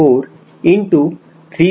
4 into 3